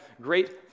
great